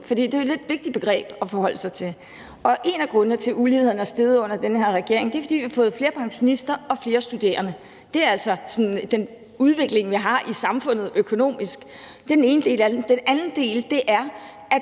For det er et lidt vigtigt begreb at forholde sig til. En af grundene til, at uligheden er steget under den her regering, er, at vi har fået flere pensionister og flere studerende. Det er altså den udvikling, vi har i samfundet, økonomisk. Det er den ene del af det. Den anden del er, at